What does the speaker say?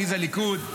עליזה ליכוד,